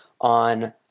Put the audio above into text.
on